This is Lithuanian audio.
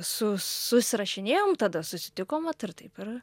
su susirašinėjom tada susitikom vat ir taip ir